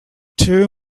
two